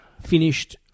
Finished